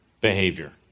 behavior